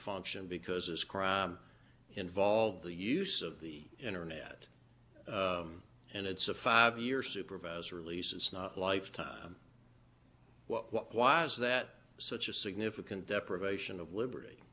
function because this crime involve the use of the internet and it's a five year supervisor lisa's lifetime why is that such a significant deprivation of liberty